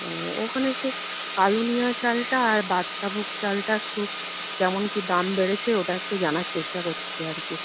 ও ওখানে একটু কালুনিয়া চালটা আর বাদশাভোগ চালটা একটু কেমন কি দাম বেড়েছে ওটা একটু জানার চেষ্টা করছি আর কি